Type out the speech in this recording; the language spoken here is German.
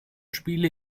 spiele